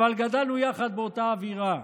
אבל גדלנו יחד באותה אווירה.